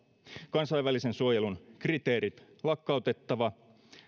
kansainvälisen suojelun kriteerit lakkautettava